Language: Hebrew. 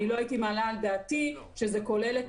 אני לא הייתי מעלה על דעתי שזה כולל את